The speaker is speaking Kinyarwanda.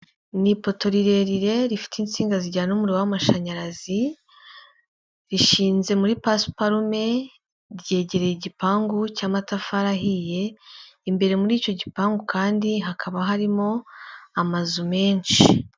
Ni ipoto rirerire rifite insinga zijyana umuriro w'amashanyarazi, rishinze muri pasiparume, ryegereye igipangu cy'amatafari ahiye, imbere muri icyo gipangu kandi hakaba harimo amazu menshi.